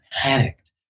panicked